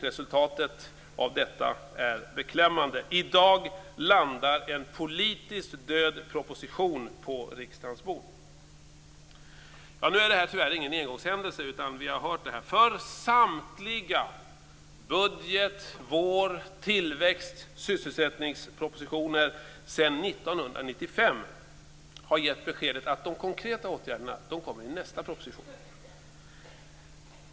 Resultatet av detta är beklämmande. I dag landar en politiskt död proposition på riksdagens bord. Det här är tyvärr ingen engångshändelse, utan vi har hört det förr. Samtliga budget-, vår-, tillväxt och sysselsättningspropositioner sedan 1995 har gett beskedet att de konkreta åtgärderna kommer i nästa proposition.